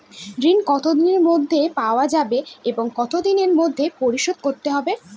ঋণ কতদিনের মধ্যে পাওয়া যাবে এবং কত দিনের মধ্যে পরিশোধ করতে হবে?